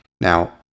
Now